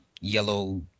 yellow